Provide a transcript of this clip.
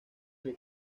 muy